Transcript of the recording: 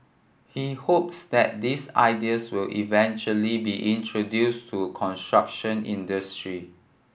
he hopes that these ideas will eventually be introduced to construction industry